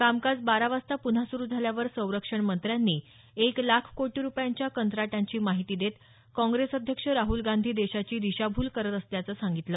कामकाज बारा वाजता पुन्हा सुरु झाल्यावर संरक्षणमंत्र्यांनी एक लाख कोटी रुपयांच्या कंत्राटांची माहिती देत काँग्रेस अध्यक्ष राहुल गांधी देशाची दिशाभूल करत असल्याचं सांगितलं